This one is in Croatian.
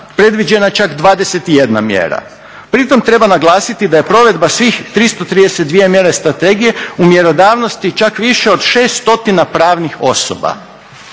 predviđena čak 21 mjera. Pri tom treba naglasiti da je provedba svih 332 mjere strategije u mjerodavnosti čak više od 6 stotina pravnih osoba.